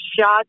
shot